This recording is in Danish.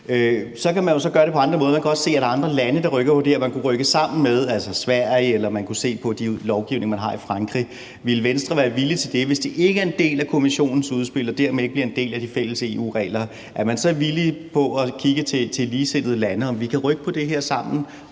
Så kan man jo gøre det på andre måder. Man kan også se mod andre lande, der rykker på det her, og man kunne rykke sammen med dem, altså Sverige, eller man kunne se på den lovgivning, man har i Frankrig. Ville Venstre være villig til det, hvis ikke det er en del af Kommissionens udspil og dermed ikke bliver en del af de fælles EU-regler? Er man så villig til at kigge til ligesindede lande, altså se, om vi kan rykke på det her sammen